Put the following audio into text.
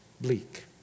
bleak